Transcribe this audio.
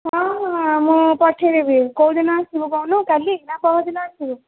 ହଁ ହଁ ମୁଁ ପଠାଇଦେବି କେଉଁ ଦିନ ଆସିବୁ କହୁନୁ କାଲି ନା ପଅରିଦିନ ଆସିବୁ